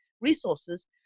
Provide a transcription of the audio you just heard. resources